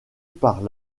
par